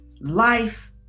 Life